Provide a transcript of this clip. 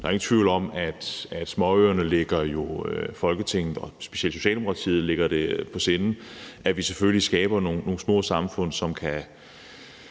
Der er ingen tvivl om, at med hensyn til småøerne ligger det jo Folketinget og specielt Socialdemokratiet på sinde, at vi selvfølgelig skaber nogle små samfund, som kan